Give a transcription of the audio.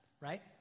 Right